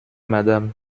madame